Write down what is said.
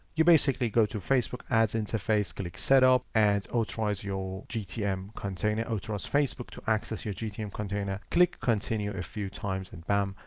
you basically go to facebook ads interface, click setup and authorize your gtm container, authorize facebook to access your gtm container, click continue a few times and bam,